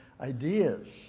ideas